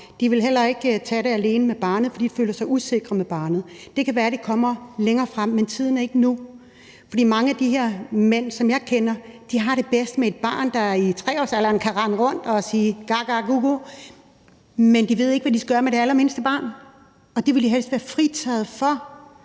De ville heller ikke tage det alene med barnet, fordi de følte sig usikre med barnet. Det kan være, det kommer længere fremme, men tiden er der ikke nu. Mange af de her mænd, som jeg kender, har det bedst med et barn, der i 3-årsalderen kan rende rundt og sige gagagugu, men de ved ikke, hvad de skal gøre med det allermindste barn, så det vil de helst være fritaget for.